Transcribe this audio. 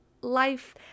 life